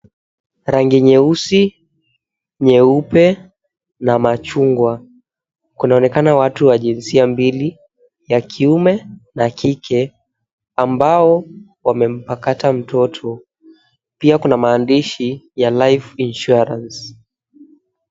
Rangi nyeusi, nyeupe na machungwa. Kunaonekana watu wa jinsia mbili, ya kiume na kike ambao wamempakata mtoto. Pia kuna maandishi ya, Life Insurance.